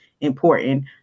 important